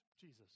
Jesus